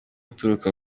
uturuka